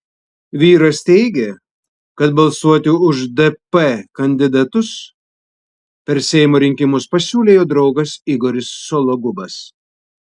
vyras teigė kad balsuoti už dp kandidatus per seimo rinkimus pasiūlė jo draugas igoris sologubas